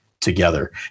together